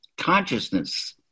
consciousness